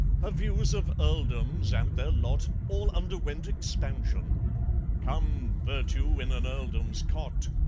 her views of earldoms and their lot, all underwent expansion come, virtue in an earldom's cot!